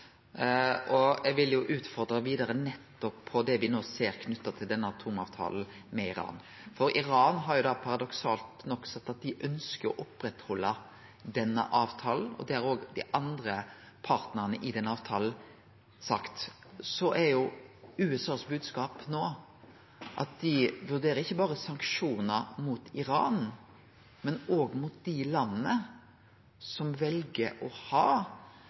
Eg vil utfordre vidare på nettopp det som me no ser, knytt til atomavtalen med Iran. Iran har – paradoksalt nok – sagt at dei ønskjer å halde ved lag avtalen, og det har òg dei andre partane i avtalen sagt. USAs bodskap no er at dei vurderer sanksjonar ikkje berre mot Iran, men òg mot dei landa som vel å